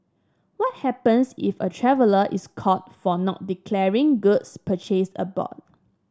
what happens if a traveller is caught for not declaring goods purchased aboard